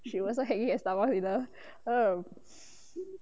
she was a 黑 and stomach eater um